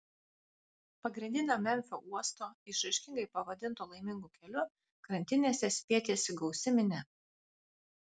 pagrindinio memfio uosto išraiškingai pavadinto laimingu keliu krantinėse spietėsi gausi minia